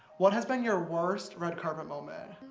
what has been your worst red carpet moment?